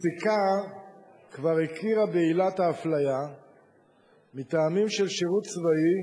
הפסיקה כבר הכירה בעילת האפליה מטעמים של שירות צבאי